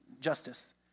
Justice